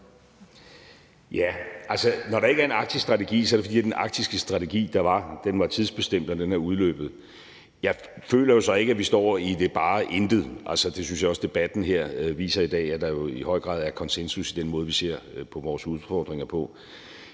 Ja. Altså, når der ikke er en arktisk strategi, er det, fordi den arktiske strategi, der var, var tidsbestemt, og den er udløbet. Jeg føler jo så ikke, at vi står i det bare intet, og det synes jeg også debatten her i dag viser – altså at der jo i høj grad er konsensus i den måde, vi ser på vores udfordringer på.